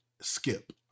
skip